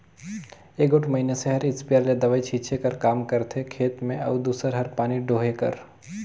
एगोट मइनसे हर इस्पेयर ले दवई छींचे कर काम करथे खेत में अउ दूसर हर पानी डोहे कर